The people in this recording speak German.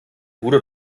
bruder